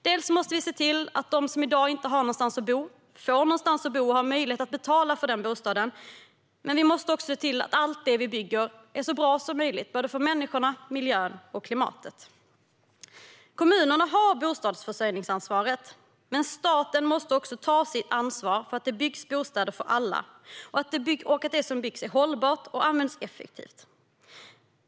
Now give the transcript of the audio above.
Dels måste vi se till att de som i dag inte har någonstans att bo får någonstans att bo och har möjlighet att betala för denna bostad, dels måste vi se till att allt det vi bygger är så bra som möjligt för såväl människorna som miljön och klimatet. Kommunerna har bostadsförsörjningsansvaret, men staten måste också ta sitt ansvar för att det byggs bostäder för alla och för att det som byggs är hållbart och används effektivt.